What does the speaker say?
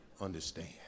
understand